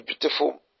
beautiful